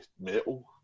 metal